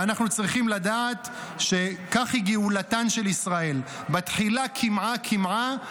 ואנחנו צריכים לדעת שכך היא גאולתן של ישראל: בתחילה קמעה-קמעה,